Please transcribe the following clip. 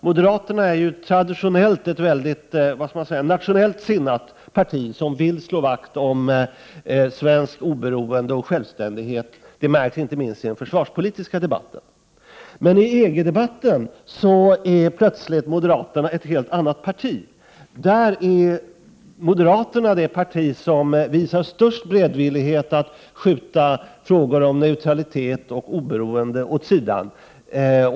Moderaterna är ju traditionellt ett väldigt nationellt sinnat parti, som vill slå vakt om svenskt oberoende och självständighet. Det märks inte minst i den försvarspolitiska debatten. Men i EG-frågan är plötsligt moderaterna ett helt annat parti. Där är moderaterna det parti som visar störst beredvillighet att skjuta frågan om neutralitet och oberoende åt sidan.